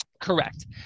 correct